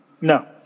No